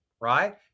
right